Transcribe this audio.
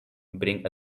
bring